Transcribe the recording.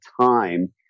time